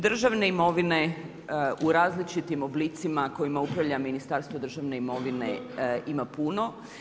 Državne imovine u različitim oblicima koje upravlja Ministarstvo državne imovine ima puno.